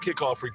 kickoff